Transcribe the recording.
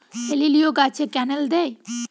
হেলিলিও গাছে ক্যানেল দেয়?